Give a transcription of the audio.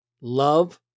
love